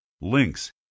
links